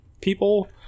people